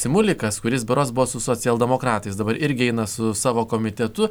simulikas kuris berods buvo su socialdemokratais dabar irgi eina su savo komitetu